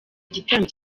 igitaramo